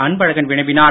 அன்பழகன் வினவினார்